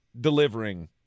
delivering